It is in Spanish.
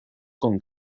con